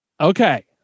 Okay